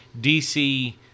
DC